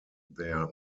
their